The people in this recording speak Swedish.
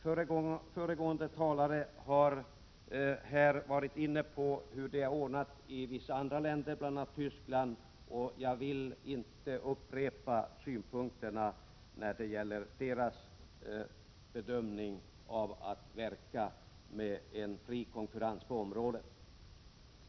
Föregående talare har varit inne på hur det är ordnat i vissa andra länder, bl.a. Tyskland. Jag vill inte upprepa synpunkterna när det gäller deras bedömning av att verka med en fri konkurrens på området.